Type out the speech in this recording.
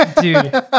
Dude